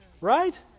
Right